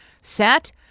set